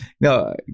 No